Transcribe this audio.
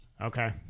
okay